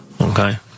okay